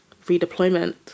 redeployment